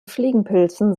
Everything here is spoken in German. fliegenpilzen